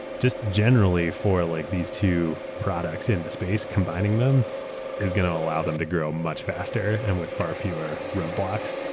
just generally for like these two products in the space, combining them is going to allow them to grow much faster and with far fewer road blocks.